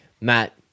Matt